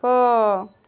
போ